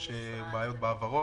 יש בעיות בהעברות?